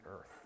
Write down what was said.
earth